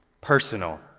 personal